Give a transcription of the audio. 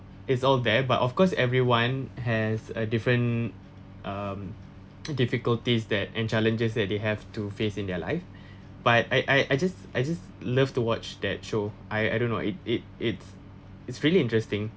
it's all there but of course everyone has a different um uh difficulties that and challenges that they have to face in their life but I I I just I just love to watch that show I I don't know it it it's it's really interesting